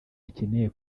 akeneye